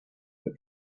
for